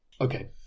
Okay